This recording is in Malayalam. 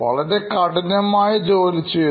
വളരെ കഠിനമായി ജോലി ചെയ്തു